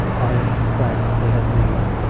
eyeing the crack they had made.